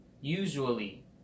usually